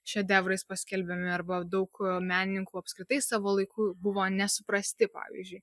šedevrais paskelbiami arba daug menininkų apskritai savo laiku buvo nesuprasti pavyzdžiui